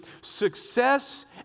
success